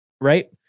right